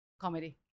Comedy